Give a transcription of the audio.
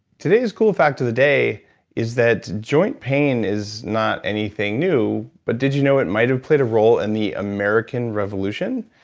today's cool fact of the day is that joint pain is not anything new, but did you know it might have played a role in the american revolution?